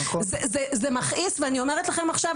זה מכעיס ואני אומרת לכם עכשיו,